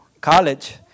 College